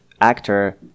actor